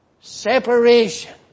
separation